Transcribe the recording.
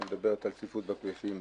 שמדברת על צפיפות בכבישים.